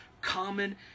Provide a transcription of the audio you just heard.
common